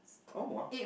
oh !wow!